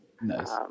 Nice